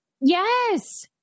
yes